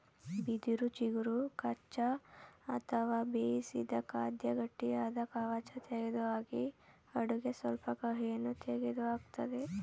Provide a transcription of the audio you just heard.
ಬಿದಿರು ಚಿಗುರು ಕಚ್ಚಾ ಅಥವಾ ಬೇಯಿಸಿದ ಖಾದ್ಯ ಗಟ್ಟಿಯಾದ ಕವಚ ತೆಗೆದುಹಾಕಿ ಅಡುಗೆ ಸ್ವಲ್ಪ ಕಹಿಯನ್ನು ತೆಗೆದುಹಾಕ್ತದೆ